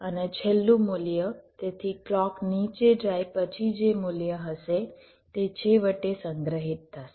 અને છેલ્લું મૂલ્ય તેથી ક્લૉક નીચે જાય પછી જે મૂલ્ય હશે જે છેવટે સંગ્રહિત થશે